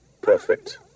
Perfect